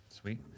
Sweet